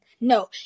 No